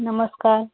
नमस्कार